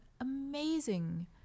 amazing